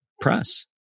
press